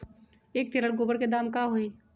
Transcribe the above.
एक टेलर गोबर के दाम का होई?